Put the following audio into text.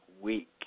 week